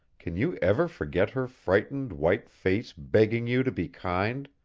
can you ever forget her frightened, white face begging you to be kind?